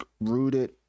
rooted